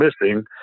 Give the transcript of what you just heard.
missing